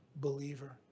believer